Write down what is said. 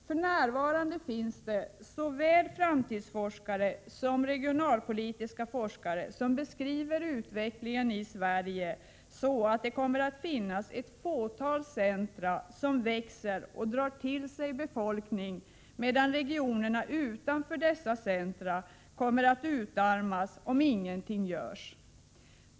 För närvarande finns såväl framtidsforskare som regionalpolitiska forskare som beskriver utvecklingen i Sverige så, att det kommer att finnas ett fåtal centra som växer och drar till sig befolkningen, medan regionerna utanför dessa centra kommer att utarmas om ingenting görs.